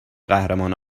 قهرمان